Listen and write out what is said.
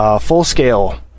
full-scale